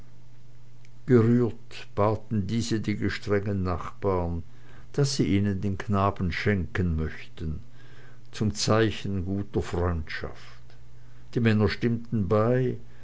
gerührt baten diese die gestrengen nachbaren daß sie ihnen den buben schenken möchten zum zeichen guter freundschaft die männer stimmten ihnen bei